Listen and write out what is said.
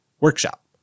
workshop